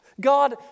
God